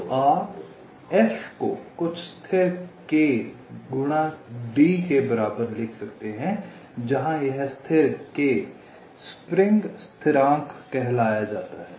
तो आप F को कुछ स्थिर k गुणा d के बराबर लिख सकते हैं जहाँ यह स्थिर k स्प्रिंग स्थिरांक कहलाया जाता है